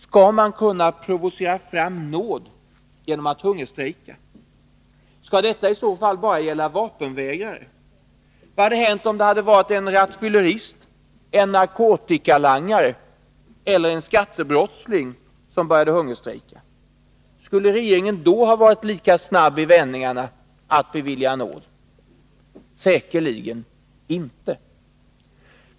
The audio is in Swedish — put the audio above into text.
Skall man kunna provocera fram nåd genom att hungerstrejka? Skall detta i så fall bara gälla vapenvägrare? Vad hade hänt om det varit en rattfyllerist, en narkotikalangare eller en skattebrottsling som började hungerstrejka? Skulle regeringen då ha varit lika snabb i vändningarna när det gällde att bevilja nåd? Säkerligen inte.